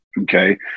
Okay